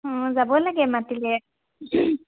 অঁ যাব লাগে মাতিলে